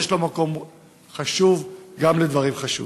יש מקום חשוב גם לדברים חשובים.